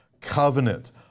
covenant